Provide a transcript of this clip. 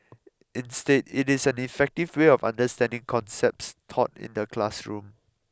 instead it is an effective way of understanding concepts taught in the classroom